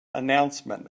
announcement